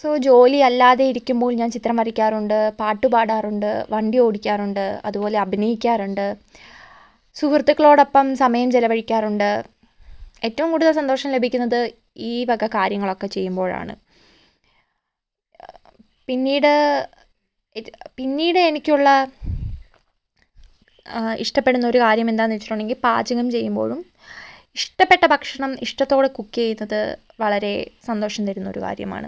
so ജോലിയല്ലാതെയിരിക്കുമ്പോൾ ചിത്രം വരക്കാറുണ്ട് പാട്ട് പാടാറുണ്ട് വണ്ടിയോടിക്കാറുണ്ട് അതുപോലെ അഭിനയിക്കാറുണ്ട് സുഹൃത്തുക്കളോടൊപ്പം സമയം ചെലവഴിക്കാറുണ്ട് ഏറ്റവും കൂടുതൽ സന്തോഷം ലഭിക്കുന്നത് ഈ വക കാര്യങ്ങളൊക്കെ ചെയ്യുമ്പോഴാണ് പിന്നീട് പിന്നീട് എനിക്കുള്ള ഇഷ്ട്ടപെടുന്നൊരു കാര്യം എന്താന്നുവച്ചിട്ടുണ്ടെങ്കിൽ പാചകം ചെയ്യുമ്പോയും ഇഷ്ട്ടപ്പെട്ട ഭക്ഷണം ഇഷ്ട്ടത്തോടെ കുക്ക് ചെയ്യുന്നത് വളരെ സന്തോഷം തരുന്നൊരു കാര്യമാണ്